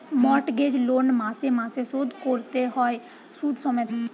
mortgage loan মাসে মাসে শোধ কোরতে হয় শুধ সমেত